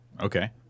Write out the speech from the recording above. Okay